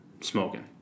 Smoking